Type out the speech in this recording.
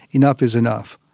enough is enough.